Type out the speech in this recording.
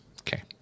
Okay